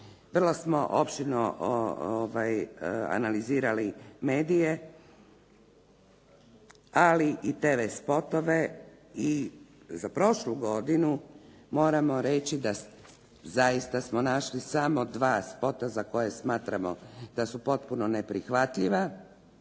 vrlo smo opširno analizirali medije ali i TV spotove i za prošlu godinu moramo reći da zaista smo našli samo dva spota za koje smatramo da su potpuno neprihvatljiva